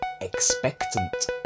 Expectant